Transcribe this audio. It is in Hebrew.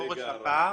שורש הפער